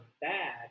bad